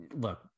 look